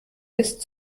ist